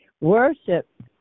Worship